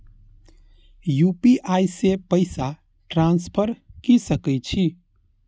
UPI से पैसा transfer की सके छी?